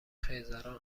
خیزران